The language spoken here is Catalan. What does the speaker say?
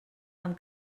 amb